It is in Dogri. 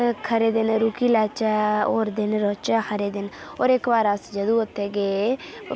खरे दिन रूकी लैचै होर दिन रोह्चै खरे दिन होर इक बार अस जदूं उ'त्थें गे